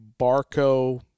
Barco